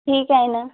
ठीक आहे ना